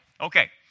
Okay